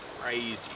crazy